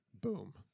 Boom